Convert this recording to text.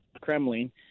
Kremlin